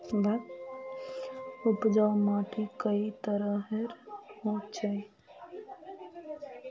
उपजाऊ माटी कई तरहेर होचए?